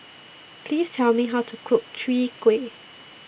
Please Tell Me How to Cook Chwee Kueh